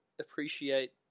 appreciate